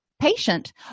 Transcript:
patient